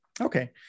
Okay